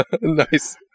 nice